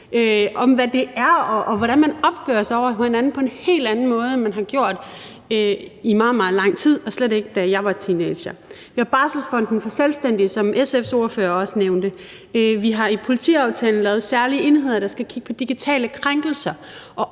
om, hvad samtykke er, og hvordan man opfører sig over for hinanden, på en helt anden måde, end man har gjort i meget, meget lang tid – og slet ikke som man gjorde, da jeg var teenager. Der er barselsfonden for selvstændige, som SF's ordfører også nævnte. Vi har i politiaftalen opskaleret indsatsen og lavet særlige enheder, der skal kigge på digitale krænkelser.